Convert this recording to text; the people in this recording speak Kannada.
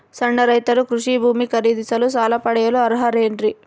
ಸಣ್ಣ ರೈತರು ಕೃಷಿ ಭೂಮಿ ಖರೇದಿಸಲು ಸಾಲ ಪಡೆಯಲು ಅರ್ಹರೇನ್ರಿ?